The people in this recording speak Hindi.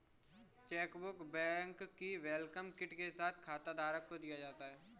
चेकबुक बैंक की वेलकम किट के साथ खाताधारक को दिया जाता है